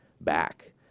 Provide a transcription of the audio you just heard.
back